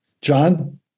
John